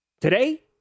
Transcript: today